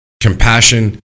compassion